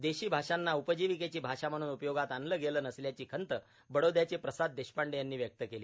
देशी आषांना उपजिविकेची भाषा म्हणून उपयोगात आणली गेली नसल्याची खंत बडोदयाचे प्रसाद देशपांडे यांनी व्यक्त केली